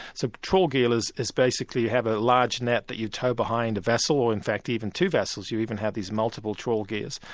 so trawled gearers basically have a large net that you tow behind the vessel, or in fact even two vessels, you even have these multiple trawled gears,